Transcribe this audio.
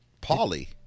Polly